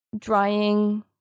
drying